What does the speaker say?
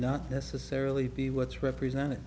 not necessarily be what's represented